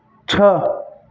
छः